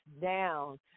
down